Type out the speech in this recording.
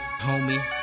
Homie